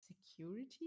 security